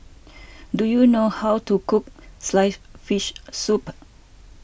do you know how to cook Sliced Fish Soup